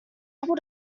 able